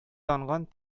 янган